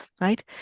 right